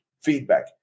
feedback